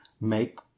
make